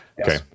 Okay